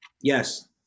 Yes